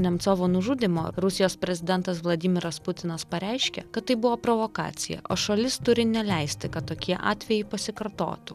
nemcovo nužudymo rusijos prezidentas vladimiras putinas pareiškė kad tai buvo provokacija o šalis turi neleisti kad tokie atvejai pasikartotų